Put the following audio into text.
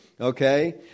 Okay